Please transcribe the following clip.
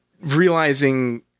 realizing